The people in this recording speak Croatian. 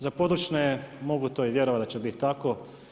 Za područne mogu to i vjerovati da će to bit tako.